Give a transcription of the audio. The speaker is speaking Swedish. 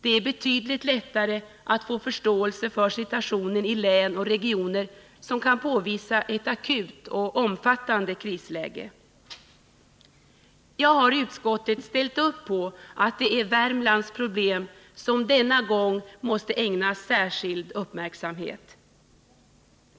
Det är betydligt lättare att få förståelse för situationen i län och regioner som kan påvisa ett akut och omfattande krisläge. Jag har i utskottet ställt upp på att det är Värmlands problem som denna gång måste ägnas särskild uppmärksamhet.